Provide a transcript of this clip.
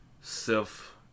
Self